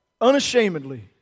unashamedly